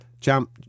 champ